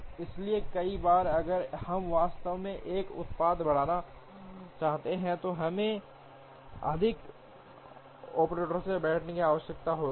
इसलिए कई बार अगर हम वास्तव में इसका उत्पादन बढ़ाना चाहते हैं तो हमें अधिक ऑपरेटरों के बैठने की आवश्यकता होती है